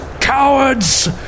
cowards